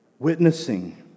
Witnessing